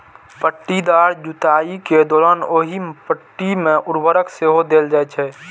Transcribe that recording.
पट्टीदार जुताइ के दौरान ओहि पट्टी मे उर्वरक सेहो देल जाइ छै